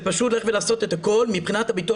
זה פשוט לעשות את הכול מבחינת הביטוח